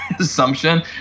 assumption